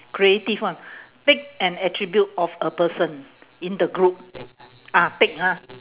creative one pick an attribute of a person in the group ah take ha